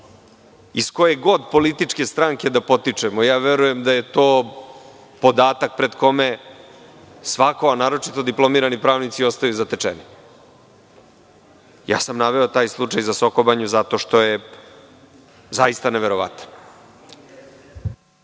Iz koje god političke stranke da potičemo, verujem da je to podatak pred kojim svako, a naročito diplomirani pravnici, ostaje zatečen. Naveo sam taj slučaj za Sokobanju, zato što je zaista neverovatan.